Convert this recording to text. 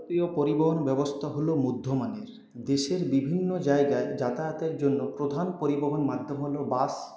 ভারতীয় পরিবহন ব্যবস্থা হল মধ্যমানের দেশের বিভিন্ন জায়গায় যাতায়াতের জন্য প্রধান পরিবহন মাধ্যম হল বাস